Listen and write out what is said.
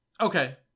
Okay